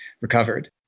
recovered